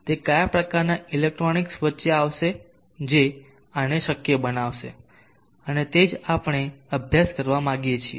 તે કયા પ્રકારનાં ઇલેક્ટ્રોનિક્સ વચ્ચે આવશે જે આને શક્ય બનાવશે અને તે જ આપણે અભ્યાસ કરવા માંગીએ છીએ